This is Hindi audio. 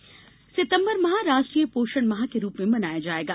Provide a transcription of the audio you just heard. पोषण माह सितम्बर माह राष्ट्रीय पोषण माह के रूप में मनाया जायेगा